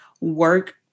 work